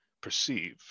perceive